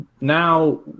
now